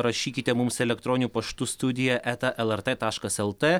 rašykite mums elektroniniu paštu studija eta lrt taškas lt